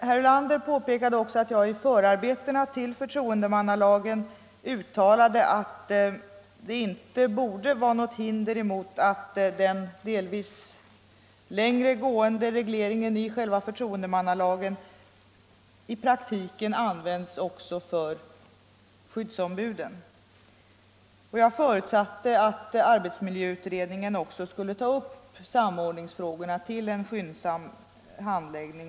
Herr Ulander påpekade sedan att jag i förarbetena till förtroendemannalagen uttalat att det inte borde föreligga hinder för att den delvis längre gående regleringen i själva förtroendemannalagen i praktiken an vänds också för skyddsombuden. Jag förutsatte att arbetsmiljöutredning — Nr 93 en också skulle ta upp samordningsfrågorna till skyndsam behandling.